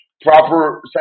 proper